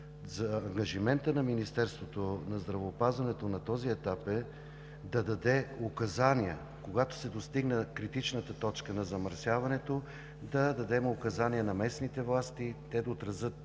Ангажиментът на Министерството на здравеопазването на този етап е да даде указания, когато се достигне критичната точка на замърсяването да дадем указания на местните власти – те да отразят